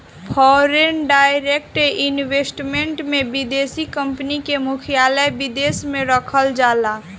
foreign direct investment में विदेशी company के मुख्यालय विदेश में रखल जाला